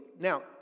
Now